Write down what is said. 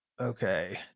Okay